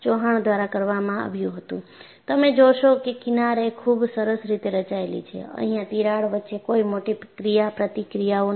ચૌહાણ દ્વારા કરવામાં આવ્યું હતું તમે જોશો કે કિનાર એ ખૂબ સરસ રીતે રચાયેલી છે અહીંયા તિરાડ વચ્ચે કોઈ મોટી ક્રિયા પ્રતિક્રિયાઓ નથી